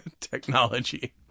technology